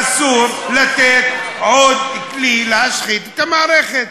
אסור לתת עוד כלי להשחית את המערכת.